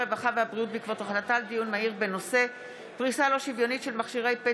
הרווחה והבריאות בעקבות דיון מהיר בהצעתם של חברי הכנסת